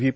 V